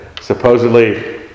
supposedly